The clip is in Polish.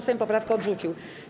Sejm poprawkę odrzucił.